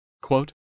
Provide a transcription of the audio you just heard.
Quote